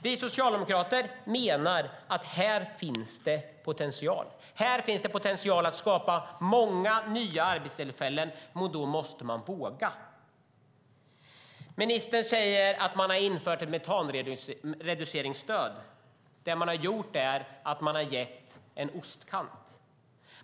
Vi socialdemokrater menar att här finns det potential att skapa många nya arbetstillfällen, men då måste man våga. Ministern säger att man har infört ett metanreduceringsstöd. Det man har gjort är att ge en ostkant.